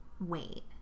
wait